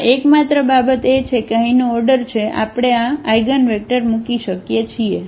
આ એકમાત્ર બાબત એ છે કે અહીંનો ઓર્ડર છે આપણે આ આઇગનવેક્ટર મૂકીએ છીએ